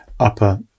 upper